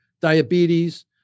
diabetes